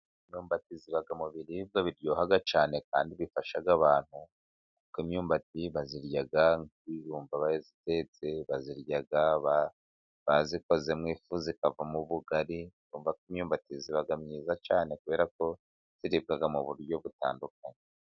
Imyumbati iba mu biribwa biryoha cyane kandi bifasha abantu, kuko imyumbati bayirya nk'ibijumba bayitetse, bayirya bayikozemo ifu ikavamo ubugari, imyumbati iba myiza cyane kubera ko iribwa mu buryo butandukanye.